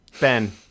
Ben